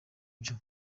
byo